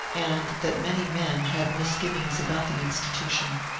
and that many men had misgivings about the institution.